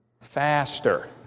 faster